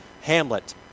Hamlet